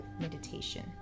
meditation